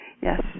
Yes